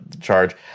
charge